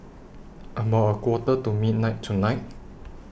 about A Quarter to midnight tonight